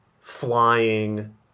flying